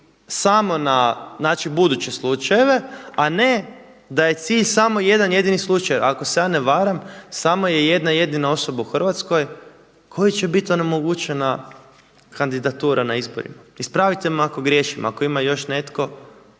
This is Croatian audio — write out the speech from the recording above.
samo na buduće slučajeve, a ne da je cilj samo jedan jedini slučaj. Ako se ja ne varam, samo je jedna jedina osoba u Hrvatskoj kojoj će biti onemogućena kandidatura na izborima. Ispravite me ako griješim, ako ima još netko.